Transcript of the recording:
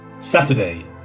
Saturday